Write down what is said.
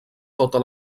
tota